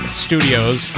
studios